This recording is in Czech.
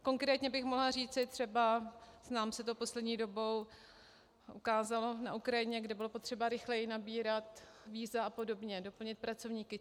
Konkrétně bych mohla říci třeba, nám se to poslední dobou ukázalo na Ukrajině, kde bylo potřeba rychleji nabírat víza a podobně, doplnit pracovníky.